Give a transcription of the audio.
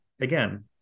again